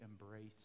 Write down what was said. embrace